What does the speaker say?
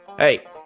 Hey